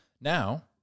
Now